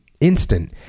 instant